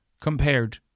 compared